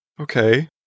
Okay